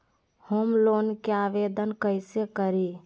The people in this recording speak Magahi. होम लोन के आवेदन कैसे करि?